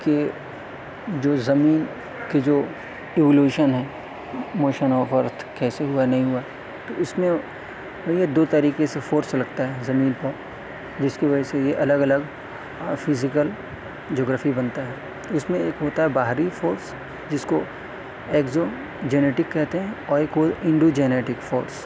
کہ جو زمین کی جو ٹیولیشن ہے موشن آف ارتھ کیسے ہوا نہیں ہوا تو اس میں دو یہ طریقے سے فورس لگتا ہے زمین کو جس کی وجہ سے یہ الگ الگ فیزکل جگرفی بنتا ہے اس میں ایک ہوتا ہے باہری فورس جس کو ایکزوم جینیٹک کہتے ہیں اور ایک کو انڈو جینیٹک فورس